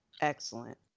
excellent